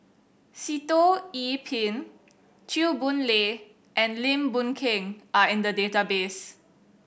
Sitoh Yih Pin Chew Boon Lay and Lim Boon Keng are in the database